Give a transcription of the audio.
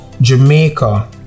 Jamaica